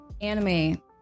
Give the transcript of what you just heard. anime